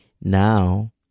Now